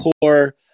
poor